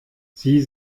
sie